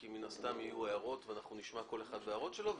כי מן הסתם יהיו הערות ואנחנו נשמע כל אחד ואת ההערות שלו,